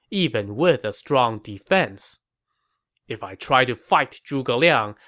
even with a strong defense if i try to fight zhuge liang,